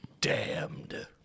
damned